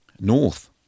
North